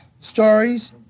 stories